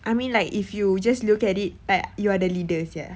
I mean like if you just look at it like you are the leader sia